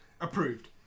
Approved